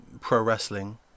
pro-wrestling